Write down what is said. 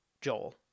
Joel